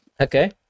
Okay